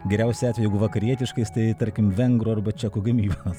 geriausiu atveju vakarietiškais tai tarkim vengrų arba čekų gamyklos